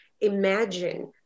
imagine